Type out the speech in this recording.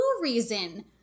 reason